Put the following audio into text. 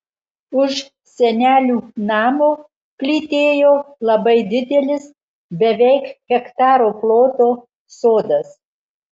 už senelių namo plytėjo labai didelis beveik hektaro ploto sodas